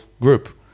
group